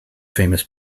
famous